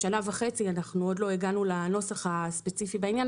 או שנה וחצי - עדיין לא הגענו לנוסח הספציפי בעניין